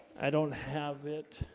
i don't have it.